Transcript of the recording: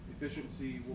efficiency